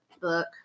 book